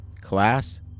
Class